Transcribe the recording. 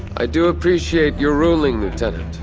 i do appreciate your ruling, lieutenant.